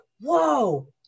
whoa